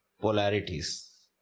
polarities